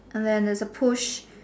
and then there's a push